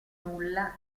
nulla